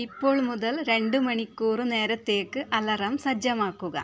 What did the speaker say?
ഇപ്പോൾ മുതൽ രണ്ട് മണിക്കൂർ നേരത്തേക്ക് അലാറം സജ്ജമാക്കുക